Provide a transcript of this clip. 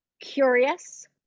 curious